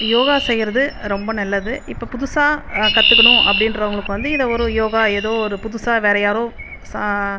யோகா செய்கிறது ரொம்ப நல்லது இப்போ புதுசாக கற்றுக்கணும் அப்படின்றவங்களுக்கு வந்து இதை ஒரு யோகா ஏதோ ஒரு புதுசாக வேறு யாரோ